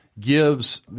gives